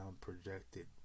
projected